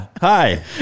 Hi